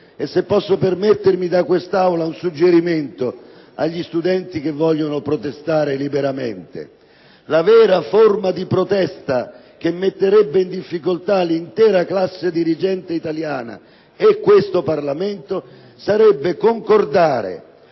E se posso permettermi da quest'Aula un suggerimento agli studenti che vogliono protestare liberamente, la vera forma di protesta che metterebbe in difficoltà l'intera classe dirigente italiana e questo Parlamento sarebbe concordare,